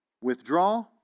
Withdraw